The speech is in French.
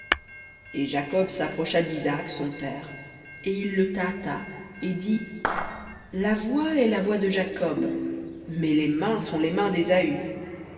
et jacob s'approcha d'isaac son père et il le tâta et dit la voix est la voix de jacob mais les mains sont les mains désaü et